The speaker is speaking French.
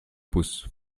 pouce